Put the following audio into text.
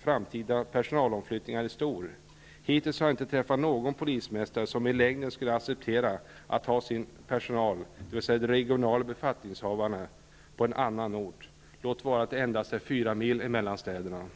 framtida personalomflyttningar är stor. Hittills har jag inte träffat någon polismästare som i längden skulle acceptera att ha sin personal, dvs. de regionala befattningshavarna, på en annan ort. Låt vara att det endast är fyra mil emellan städerna.